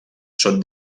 són